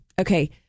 Okay